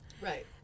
Right